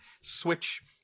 switch